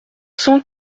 cent